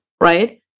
right